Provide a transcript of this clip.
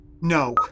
No